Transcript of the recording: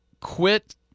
quit